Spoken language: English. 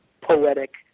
poetic